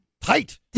tight